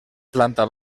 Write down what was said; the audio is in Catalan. planta